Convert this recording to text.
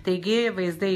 taigi vaizdai